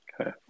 Okay